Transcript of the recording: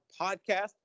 podcast